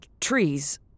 trees